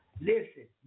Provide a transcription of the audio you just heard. Listen